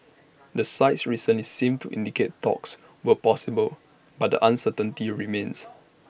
the sides recently seemed to indicate talks were possible but the uncertainty remains